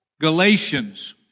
Galatians